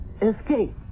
escape